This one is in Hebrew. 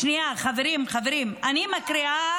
--- זה כמו המקור שלך --- אותו המקור של